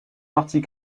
partie